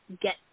get